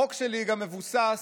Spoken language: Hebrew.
החוק שלי גם מבוסס